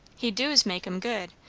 he doos make em good,